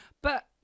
But-